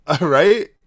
Right